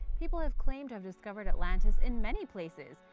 people have claimed to have discovered atlantis in many places,